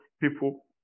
people